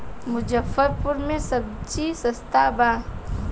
मुजफ्फरपुर में सबजी सस्ता बा